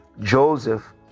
Joseph